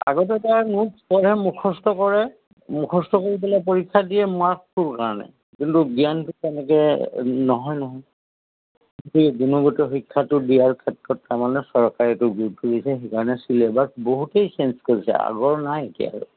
আগতে প্ৰায় নোটচ পঢ়ে মুখস্থ কৰে মুখস্থ কৰি পেলাই পৰীক্ষা দিয়ে মাৰ্কছটোৰ কাৰণে কিন্তু জ্ঞানটো তেনেকৈ নহয় নহয় গতিকে গুণগত শিক্ষাটো দিয়াৰ ক্ষেত্ৰত তাৰমানে চৰকাৰে সেইটো গুৰুত্ব দিছে সেইকাৰণে ছিলেবাছ বহুতেই চেঞ্জ কৰিছে আগৰ নাই এতিয়া আৰু